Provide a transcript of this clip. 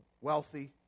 wealthy